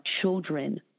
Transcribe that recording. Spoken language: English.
children